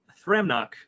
Thramnok